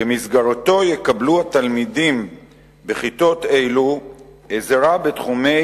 ובמסגרתו יקבלו התלמידים בכיתות אלו עזרה בתחומי